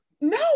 no